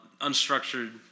unstructured